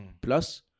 Plus